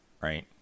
right